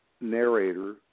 narrator